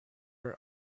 are